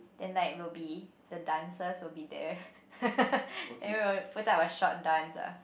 then like will be the dancers will be there then we'll put up a short dance ah